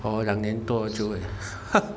oh 两年多就